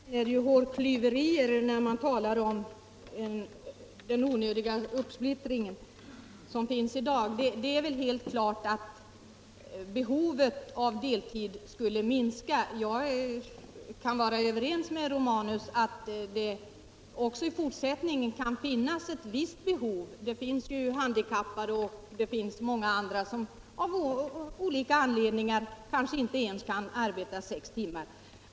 Herr talman! Egentligen är det hårklyverier när man talar om den onödiga uppsplittring av deltidsarbetet som finns i dag. Det är väl helt klart att behovet av deltid skulle minska om arbetstiden förkortades. Men jag kan vara överens med herr Romanus om att det också i fortsättningen kan finnas ett visst behov av deltid. Det finns t.ex. handikappade och många andra som av olika anledningar kanske inte ens kan arbeta sex timmar.